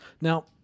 Now